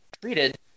treated